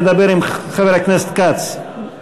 שמדבר עם חבר הכנסת כץ.